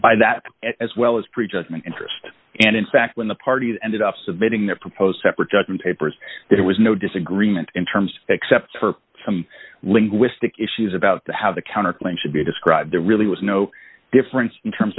by that as well as pre judgment interest and in fact when the parties ended up submitting their proposed separate judgment papers there was no disagreement in terms except for some linguistic issues about the how the counterclaim should be described there really was no difference in terms